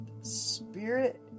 spirit